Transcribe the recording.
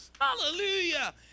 Hallelujah